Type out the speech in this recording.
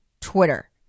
Twitter